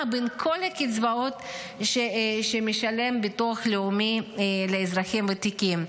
בין כל הקצבאות שמשלם הביטוח הלאומי לאזרחים הוותיקים.